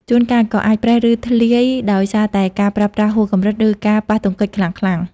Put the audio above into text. ជួនកាលក៏អាចប្រេះ ឬធ្លាយដោយសារតែការប្រើប្រាស់ហួសកម្លាំង ឬការប៉ះទង្គិចខ្លាំងៗ។